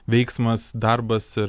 veiksmas darbas ir